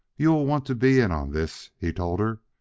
you will want to be in on this, he told her,